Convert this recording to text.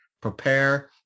prepare